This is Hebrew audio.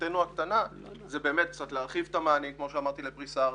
בחלקתנו הקטנה זה באמת קצת להרחיב את המענים כמו שאמרתי לפריסה ארצית,